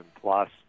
plus